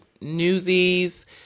Newsies